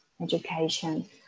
education